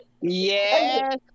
Yes